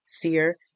fear